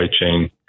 chain